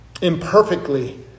imperfectly